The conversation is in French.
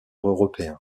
européen